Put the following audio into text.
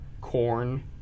corn